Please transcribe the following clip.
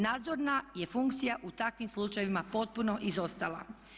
Nadzorna je funkcija u takvim slučajevima potpuno izostala.